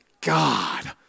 God